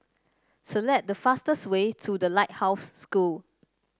select the fastest way to The Lighthouse School